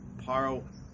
Paro